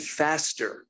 faster